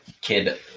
kid